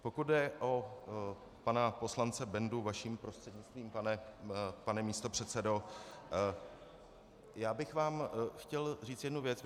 Pokud jde o pana poslance Bendu, vaším prostřednictvím, pane místopředsedo, já bych vám chtěl říct jednu věc.